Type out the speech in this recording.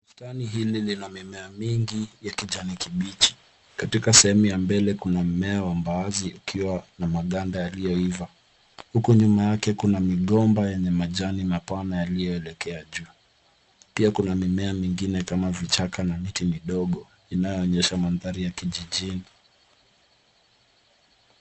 Bustani hili lina mimea mingi ya kijani kibichi. Katika sehemu ya mbele kuna mmea wa mbaazi ukiwa na maganda yaliyoiva. Huko nyuma yake kuna migiomba yenye majani mapana yaliyoelekea juu. Pia kuna mimea mingine kama vichaka na miti midogo inayoonyesha mandhari ya kijijini.